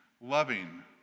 loving